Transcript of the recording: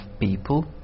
people